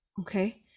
Okay